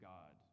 God